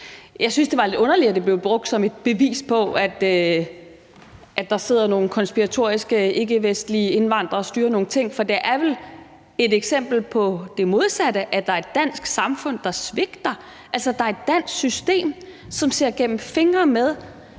jeg synes, det var lidt underligt, at det blev brugt som et bevis på, at der sidder nogle konspiratoriske ikkevestlige indvandrere og styrer nogle ting, for det er vel et eksempel på det modsatte, nemlig at der er et dansk samfund, der svigter; altså, der er et dansk system, som ser gennem fingre med,